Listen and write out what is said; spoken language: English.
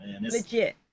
legit